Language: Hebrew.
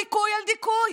דיכוי על דיכוי.